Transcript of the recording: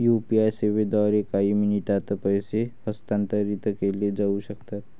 UPI सेवांद्वारे काही मिनिटांत पैसे हस्तांतरित केले जाऊ शकतात